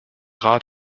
rat